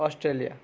Australia